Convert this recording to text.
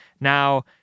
Now